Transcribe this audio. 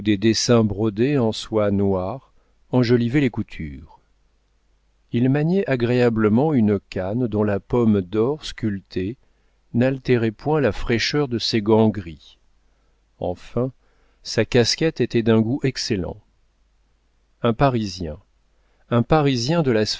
dessins brodés en soie noire enjolivaient les coutures il maniait agréablement une canne dont la pomme d'or sculptée n'altérait point la fraîcheur de ses gants gris enfin sa casquette était d'un goût excellent un parisien un parisien de la